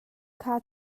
kha